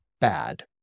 bad